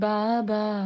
Baba